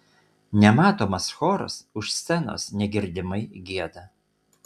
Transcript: nematomas choras už scenos negirdimai gieda